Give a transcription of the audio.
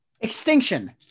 Extinction